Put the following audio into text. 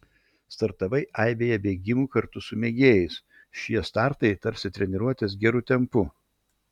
startavai aibėje bėgimų kartu su mėgėjais šie startai tarsi treniruotės geru tempu